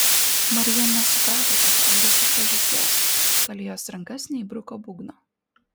marija nesuprato tokio elgesio priežasties kol į jos rankas neįbruko būgno